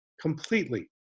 completely